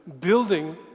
building